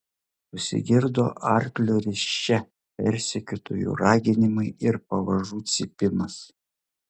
pasigirdo arklio risčia persekiotojų raginimai ir pavažų cypimas